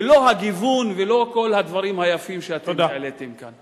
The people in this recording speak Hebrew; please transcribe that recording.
ולא הגיוון ולא כל הדברים היפים שאתם העליתם כאן.